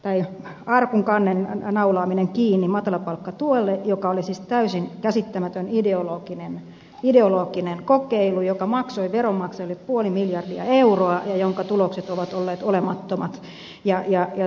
tai arkun arkunkannen naulaaminen kiinni matalapalkkatuelle ja se oli siis täysin käsittämätön ideologinen kokeilu joka maksoi veronmaksajille puoli miljardia euroa ja jonka tulokset ovat olleet olemattomat